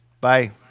Bye